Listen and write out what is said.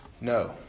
No